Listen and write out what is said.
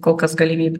kol kas galimybių